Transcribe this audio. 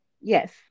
Yes